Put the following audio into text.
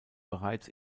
bereits